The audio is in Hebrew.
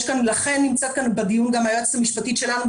לכן נמצאת כאן בדיון גם היועצת המשפטית שלנו,